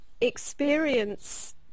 experience